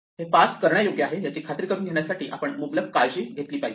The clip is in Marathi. हे पार्स करण्यायोग्य आहे याची खात्री करून घेण्यासाठी आपण मुबलक काळजी घेतली आहे